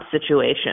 situation